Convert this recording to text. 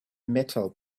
metal